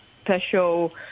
special